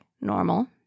normal